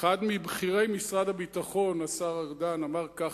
אחד מבכירי משרד הביטחון ככה,